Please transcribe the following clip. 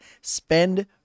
spend